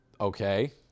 okay